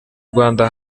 rwanda